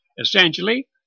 essentially